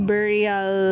Burial